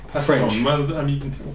French